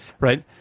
right